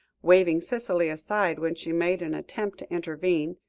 waving cicely aside, when she made an attempt to intervene.